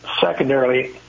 secondarily